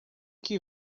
que